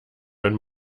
wenn